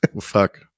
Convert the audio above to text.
fuck